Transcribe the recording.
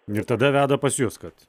ir tada veda pas jus kad